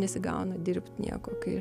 nesigauna dirbt nieko kai